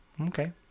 Okay